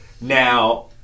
Now